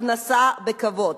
פרנסה בכבוד,